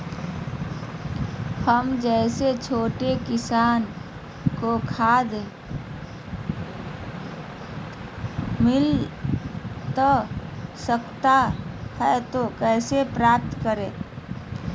हम जैसे छोटे किसान को खाद मिलता सकता है तो कैसे प्राप्त करें?